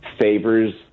favors